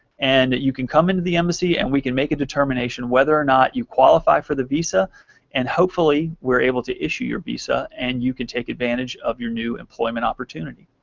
and you can come into the embassy and we can make a determination whether or not you qualify for the visa and hopefully, we're able to issue your visa and you can take advantage of your new employment opportunity.